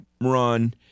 run